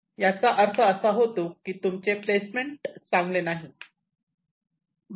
याचा अर्थ असा होतो की तुमचे प्लेसमेंट चांगले नाही